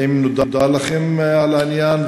רצוני לשאול: 1. האם נודע לכם על העניין?